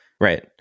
right